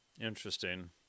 Interesting